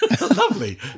Lovely